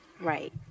Right